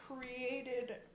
created